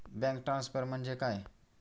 Bank transfer म्हणजे काय?